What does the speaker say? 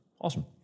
Awesome